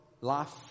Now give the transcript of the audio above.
Life